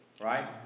right